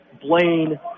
Blaine